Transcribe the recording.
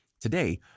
Today